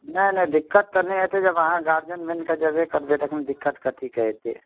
नहि नहि दिक्कत तऽ नहि हेतै जब अहाँ गार्जियन बनि कऽ जेबे करबै तखन दिक्कत कथीके हेतै